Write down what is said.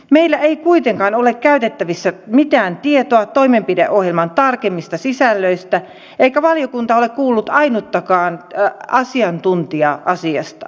meillä ei kuitenkaan ole käytettävissä mitään tietoa toimenpideohjelman tarkemmista sisällöistä eikä valiokunta ole kuullut ainuttakaan asiantuntijaa asiasta